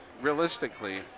realistically